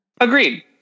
Agreed